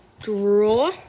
draw